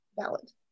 Valid